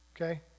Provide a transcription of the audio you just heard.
okay